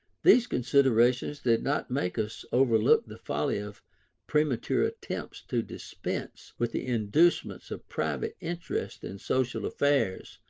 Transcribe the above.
these considerations did not make us overlook the folly of premature attempts to dispense with the inducements of private interest in social affairs,